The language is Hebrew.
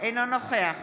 נוכח